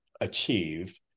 achieve